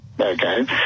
Okay